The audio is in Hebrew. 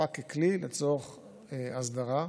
לאכיפה ככלי לצורך הסדרה.